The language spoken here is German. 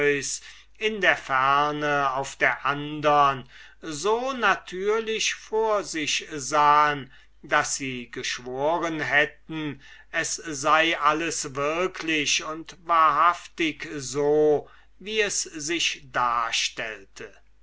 in der ferne auf der andern so natürlich vor sich sahen daß sie geschworen hätten es sei alles wirklich und wahrhaftig so wie es sich darstellte